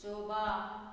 Joba